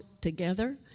together